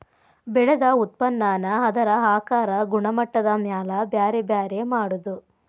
ಬೆಳದ ಉತ್ಪನ್ನಾನ ಅದರ ಆಕಾರಾ ಗುಣಮಟ್ಟದ ಮ್ಯಾಲ ಬ್ಯಾರೆ ಬ್ಯಾರೆ ಮಾಡುದು